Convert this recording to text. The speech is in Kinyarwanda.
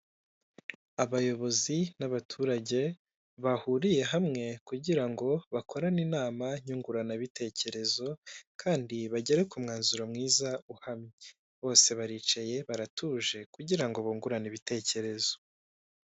Abayobozi n'abaturage bahuriye hamwe kugira ngo bakorane inama nyunguranabitekerezo kandi bagere ku mwanzuro mwiza uhamye, bose baricaye baratuje kugira bungurane ibitekerezo.